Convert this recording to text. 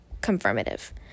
confirmative